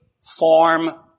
form